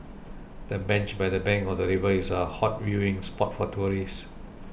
the bench by the bank of the river is a hot viewing spot for tourists